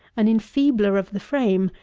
an enfeebler of the frame,